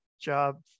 job